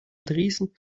tresen